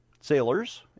sailors